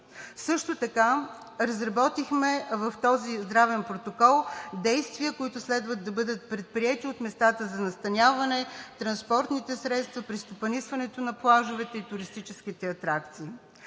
Също така разработихме в този здравен протокол действия, които следва да бъдат предприети от местата за настаняване, транспортните средства при стопанисването на плажовете и туристическите атракции.